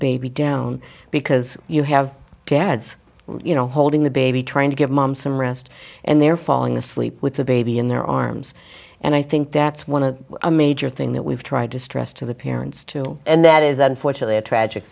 baby down because you have dads you know holding the baby trying to give mom some rest and they're falling asleep with the baby in their arms and i think that's one of a major thing that we've tried to stress to the parents and that is unfortunately a tragic